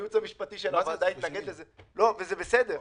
הייעוץ המשפטי של הוועדה התנגד לזה, וזה בסדר.